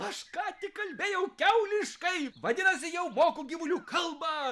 aš ką tik kalbėjau kiauliškai vadinasi jau moku gyvulių kalbą